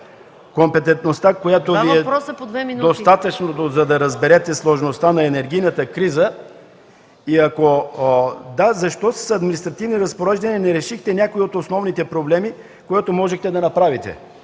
компетентността Ви е достатъчна, за да разберете сложността на енергийната криза, защо с административни разпореждания не решихте някои от основните проблеми, което можехте да направите?